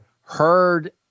heard